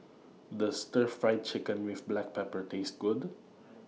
Does Stir Fried Chicken with Black Pepper Taste Good